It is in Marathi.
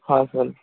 हा सर